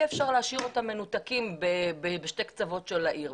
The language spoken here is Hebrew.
אפשר להשאיר אותם מנותקים בשתי קצוות של העיר,